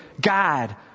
God